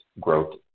growth